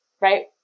right